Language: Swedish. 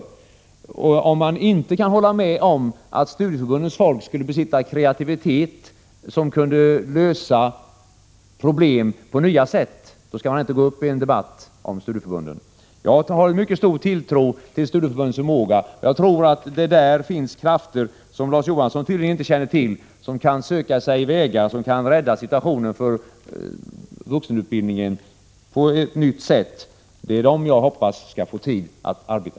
Om man 20 maj 1987 inte kan hålla med om att studieförbundens folk besitter en kreativitet som gör att de kan lösa problem på nya sätt, skall man inte gå upp i en debatt om studieförbunden. Jag har mycket stor tilltro till studieförbundens förmåga. Jag tror att det där finns krafter, vilket Larz Johansson tydligen inte känner till, som kan finna vägar att rädda situationen för vuxenutbildningen på ett nytt sätt. Det är dessa jag hoppas skall få tid att arbeta.